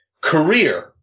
Career